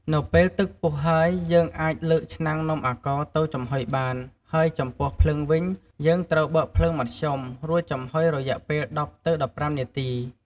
នៅពេលទឹកពុះហើយ យើងអាចលើកឆ្នាំងនំអាកោរទៅចំហុយបាន ហើយចំពោះភ្លើងវិញ យើងត្រូវបើកភ្លើងមធ្យម រួចចំហុយរយៈពេល ១០ ទៅ១៥នាទី។